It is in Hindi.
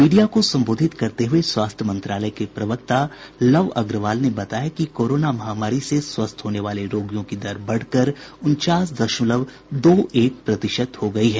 मीडिया को संबोधित करते हुए स्वास्थ्य मंत्रालय के प्रवक्ता लव अग्रवाल ने बताया कि कोरोना महामारी से स्वस्थ होने वाले रोगियों की दर बढ़ कर उनचास दशमलव दो एक प्रतिशत हो गई है